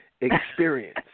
experience